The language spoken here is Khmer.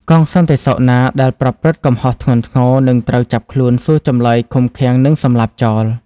កងសន្តិសុខណាដែលប្រព្រឹត្តកំហុសធ្ងន់ធ្ងរ នឹងត្រូវចាប់ខ្លួន សួរចម្លើយ ឃុំឃាំង និងសម្លាប់ចោល។